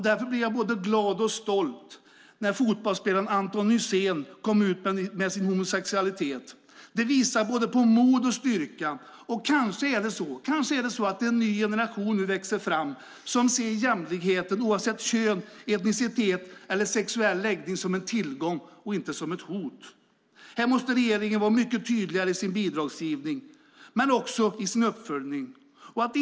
Därför blev jag både glad och stolt när fotbollsspelaren Anton Hysén kom ut med sin homosexualitet. Det visar på både mod och styrka. Kanske en ny generation nu växer fram som ser jämlikheten oavsett kön, etnicitet eller sexuell läggning som en tillgång och inte som ett hot. Här måste regeringen vara mycket tydligare i sin bidragsgivning men också i sin uppföljning.